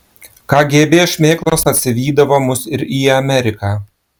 kgb šmėklos atsivydavo mus ir į ameriką